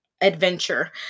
adventure